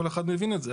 כל אחד מבין את זה.